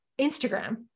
Instagram